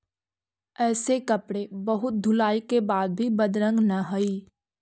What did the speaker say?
ऐसे कपड़े बहुत धुलाई के बाद भी बदरंग न हई